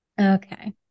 okay